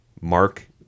Mark